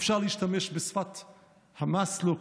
אפשר להשתמש בשפת מאסלו,